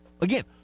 Again